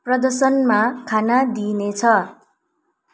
प्रदर्शनमा खाना दिइनेछ